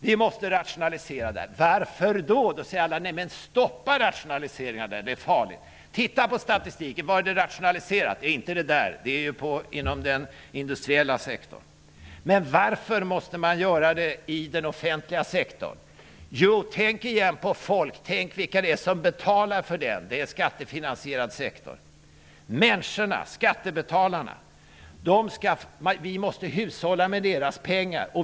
Vi måste rationalisera den offentliga sektorn. Då säger alla: Stoppa rationaliseringarna där! Det är farligt! Men tittar man på statistiken ser man att det inte är i den offentliga sektorn vi har rationaliserat utan inom den industriella sektorn. Varför måste man då rationalisera inom den offentliga sektorn? Jo, tänk på vilka det är betalar den! Det är en skattefinansierad sektor. Vi måste hushålla med människornas, skattebetalarnas, pengar.